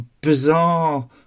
bizarre